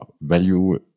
value